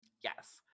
Yes